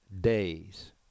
days